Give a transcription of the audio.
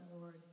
Lord